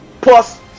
plus